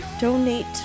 donate